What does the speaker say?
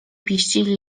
pieścili